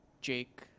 Jake